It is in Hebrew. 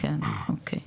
אוקי טוב,